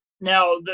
Now